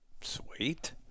Sweet